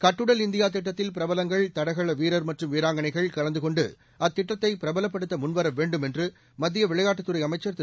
கட்டுடல் இந்தியா திட்டத்தில் பிரபவங்கள் தடகள வீரர் மற்றும் வீராங்கனைகள் கலந்து கொண்டு அத்திட்டத்தை பிரபலப்படுத்த முன்வர வேன்டும் என்று மத்திய விளையாட்டுத் துறை அமைச்சர் திரு